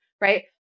right